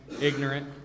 ignorant